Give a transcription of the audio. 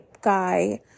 guy